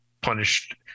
punished